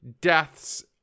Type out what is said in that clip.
deaths